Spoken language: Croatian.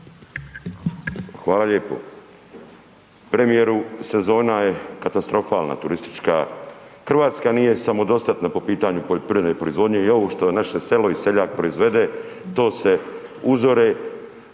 Hvala lijepo. Premijeru, sezona je katastrofalna turistička. RH nije samodostatna po pitanju poljoprivredne proizvodnje i ovo što naše selo i seljak proizvede to se uzore